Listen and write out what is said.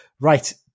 Right